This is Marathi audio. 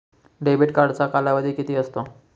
डेबिट कार्डचा कालावधी किती असतो?